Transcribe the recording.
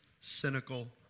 cynical